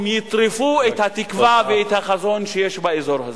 הם יטרפו את התקווה ואת החזון שיש באזור הזה.